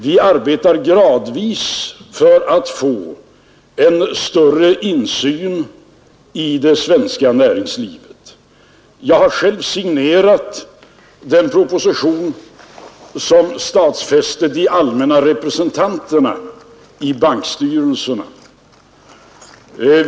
Vi arbetar för att gradvis få en större insyn i det svenska näringslivet. Jag har själv signerat den proposition som stadfäste de allmänna representanterna i bankstyrelserna.